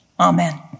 Amen